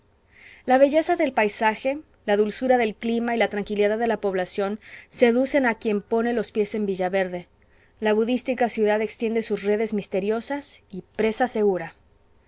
la belleza del paisaje la dulzura del clima y la tranquilidad de la población seducen a quien pone los pies en villaverde la budística ciudad extiende sus redes misteriosas y presa segura